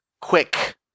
quick